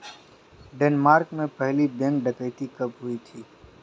Denmark में पहली bank डकैती कब हुई थी?